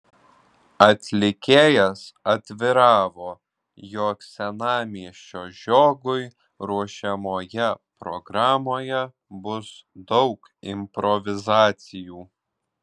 atlikėjas atviravo jog senamiesčio žiogui ruošiamoje programoje bus daug improvizacijų